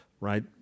right